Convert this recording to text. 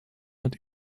hat